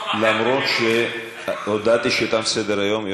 אף שהודעתי שתם סדר-היום,